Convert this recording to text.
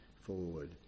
forward